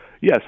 Yes